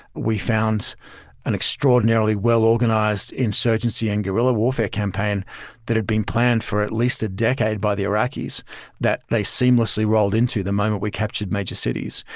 we found an extraordinarily well organized insurgency and guerrilla warfare campaign that had been planned for at least a decade by the iraqis that they seamlessly rolled into the moment we captured major cities.